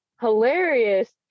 hilarious